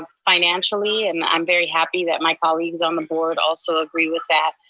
financially. and i'm very happy that my colleagues on the board also agree with that.